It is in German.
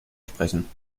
sprechen